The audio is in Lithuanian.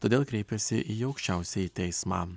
todėl kreipėsi į aukščiausiąjį teismą